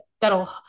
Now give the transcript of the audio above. that'll